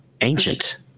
ancient